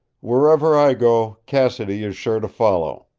wherever i go, cassidy is sure to follow.